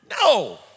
No